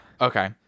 Okay